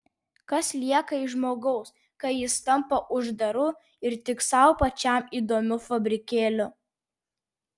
kas lieka iš žmogaus kai jis tampa uždaru ir tik sau pačiam įdomiu fabrikėliu